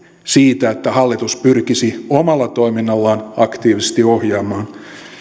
siitä että hallitus pyrkisi omalla toiminnallaan aktiivisesti ohjaamaan